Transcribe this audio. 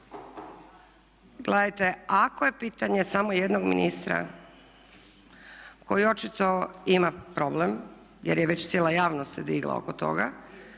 Gledajte, ako je pitanje samo jednog ministra koji očito ima problem jer je već cijela javnost se digla oko toga,